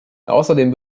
außerdem